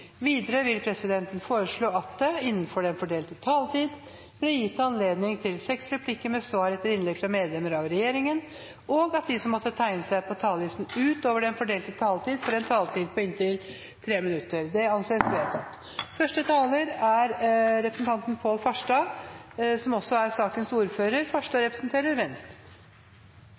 Videre vil presidenten foreslå at det blir gitt anledning til fem replikker med svar etter innlegg fra medlemmer av regjeringen innenfor den fordelte taletid og at de som måtte tegne seg på talerlisten utover den fordelte taletid, får en taletid på inntil 3 minutter. – Det anses vedtatt. Første taler er representanten Sverre Myrli, som nå fungerer som ordfører for saken. E18 er